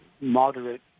moderate